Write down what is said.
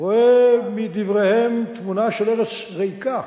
רואה מדבריהם תמונה של ארץ ריקה,